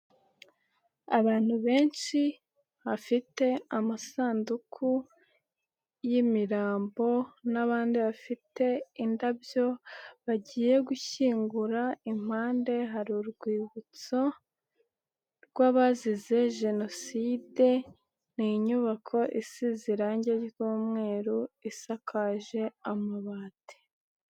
Abantu benshi bafite amasanduku y'imirambo n'abandi bafite indabyo bagiye gushyingura, impande hari urwibutso rw'abazize jenoside, ni inyubako isize irange ry'umweru isakaje amabati.